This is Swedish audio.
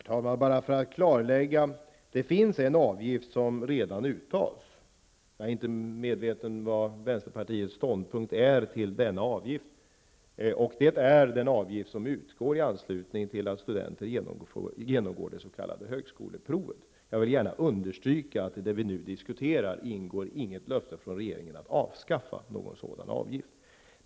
Herr talman! Jag vill bara göra ett klarläggande. Det finns en avgift som redan tas ut. Jag är inte medveten om vänsterpartiets ståndpunkt till denna avgift. Det gäller den avgift som utgår i anslutning till att studenter genomgår det s.k. högskoleprovet. Jag vill gärna understryka att i det vi nu diskuterar ingår inget löfte från regeringen om att avskaffa en sådan avgift.